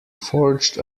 forged